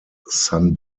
san